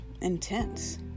intense